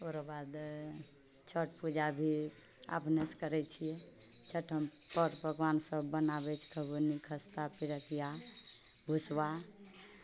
ओकर बाद छठ पूजा भी अपनेसँ करै छियै छठ हम पर्व पकवान सभ बनाबै बुनि खस्ता पिरुकिया भुसवा